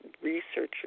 researchers